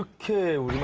ah kim